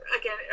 again